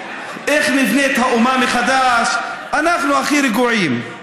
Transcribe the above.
איך נבנית האומה מחדש; אנחנו הכי רגועים,